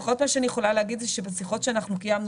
לפחות מה שאני יכולה להגיד זה שבשיחות שאנחנו קיימנו,